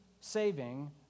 saving